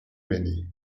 many